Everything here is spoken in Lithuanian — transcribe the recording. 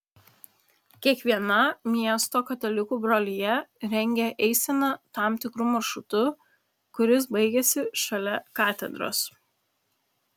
kiekviena miesto katalikų brolija rengia eiseną tam tikru maršrutu kuris baigiasi šalia katedros